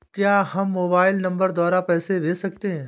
क्या हम mobile number द्वारा पैसे भेज सकते हैं?